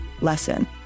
lesson